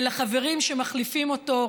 לחברים שמחליפים אותו,